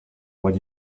what